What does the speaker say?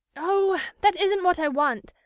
oh! that isn't what i want.